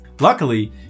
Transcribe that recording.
Luckily